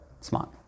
smart